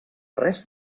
res